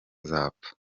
nzapfa